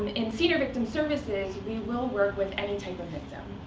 in senior victim services, we will work with any type of victim.